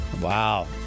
Wow